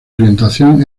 orientación